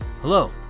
Hello